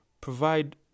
provide